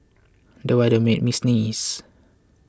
the weather made me sneeze